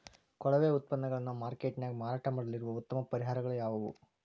ಕೊಳೆವ ಉತ್ಪನ್ನಗಳನ್ನ ಮಾರ್ಕೇಟ್ ನ್ಯಾಗ ಮಾರಾಟ ಮಾಡಲು ಇರುವ ಉತ್ತಮ ಪರಿಹಾರಗಳು ಯಾವವು?